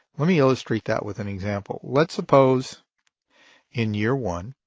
let me illustrate that with an example. let's suppose in year one